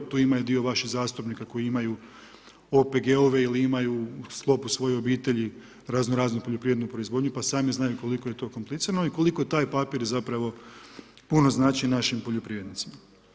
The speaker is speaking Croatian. Tu ima dio vaših zastupnika koji imaju OPG-ove ili imaju u sklopu svoje obitelji razno-raznu poljoprivrednu proizvodnju pa sami znaju koliko je to komplicirano i koliko taj papir zapravo puno znači našim poljoprivrednicima.